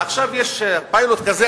עכשיו יש פיילוט כזה,